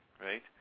right